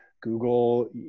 Google